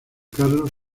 carlos